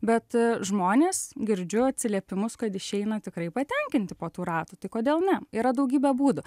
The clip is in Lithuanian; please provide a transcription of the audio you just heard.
bet žmonės girdžiu atsiliepimus kad išeina tikrai patenkinti po tų ratų tai kodėl ne yra daugybė būdų